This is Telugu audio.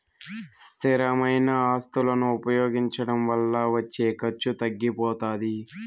స్థిరమైన ఆస్తులను ఉపయోగించడం వల్ల వచ్చే ఖర్చు తగ్గిపోతాది